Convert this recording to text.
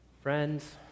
Friends